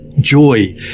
joy